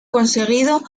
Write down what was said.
conseguido